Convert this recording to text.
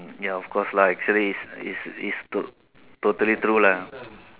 ya of course lah actually it's it's it's to~ totally true lah